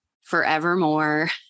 forevermore